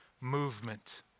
movement